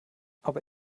aber